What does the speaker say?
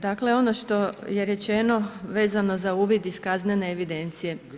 Dakle ono što je rečeno vezano za uvid iz kaznene evidencije.